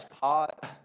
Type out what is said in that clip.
pot